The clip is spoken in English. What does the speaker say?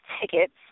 tickets